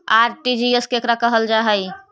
RTGS केकरा कहल जा है?